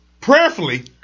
Prayerfully